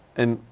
and,